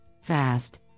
fast